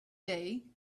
day